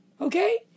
Okay